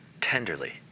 tenderly